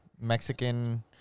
Mexican